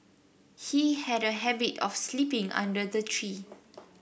he had a habit of sleeping under the tree